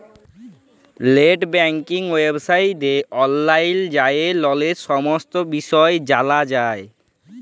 late banking ওয়েবসাইটে অললাইল যাঁয়ে ললের সমস্ত বিষয় জালা যায়